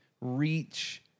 reach